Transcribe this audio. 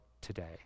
today